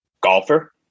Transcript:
golfer